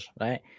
right